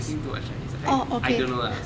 I think too much chinese ah I I don't know ah